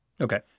Okay